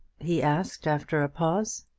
he asked after a pause.